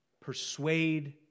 persuade